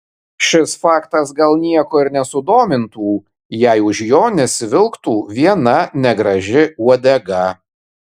šis faktas gal nieko ir nesudomintų jei už jo nesivilktų viena negraži uodega